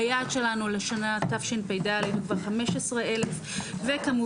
היעד שלנו לשנת תשפ"ד הוא כבר 15 אלף וכמובן,